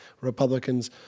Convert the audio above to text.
Republicans